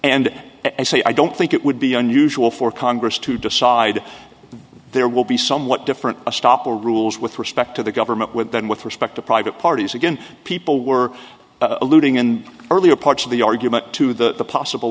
as i say i don't think it would be unusual for congress to decide there will be somewhat different a stop the rules with respect to the government with then with respect to private parties again people were alluding in earlier parts of the argument to the possible